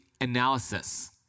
analysis